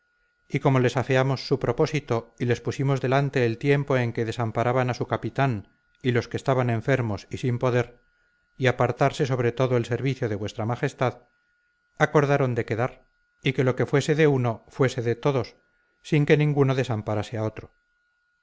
y como les afeamos su propósito y les pusimos delante el tiempo en que desamparaban a su capitán y los que estaban enfermos y sin poder y apartarse sobre todo el servicio de vuestra majestad acordaron de quedar y que lo que fuese de uno fuese de todos sin que ninguno desamparase a otro